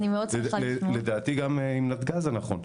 גם עם נתג״ז זה נכון.